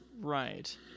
Right